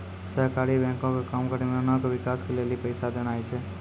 सहकारी बैंको के काम ग्रामीणो के विकास के लेली पैसा देनाय छै